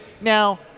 Now